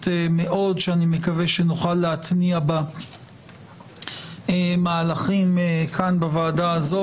מאוד שאני מקווה שנוכל להתניע בה מהלכים כאן בוועדה הזאת